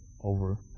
over